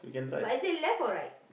but is it left or right